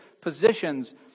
positions